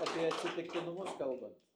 apie atsitiktinumus kalbant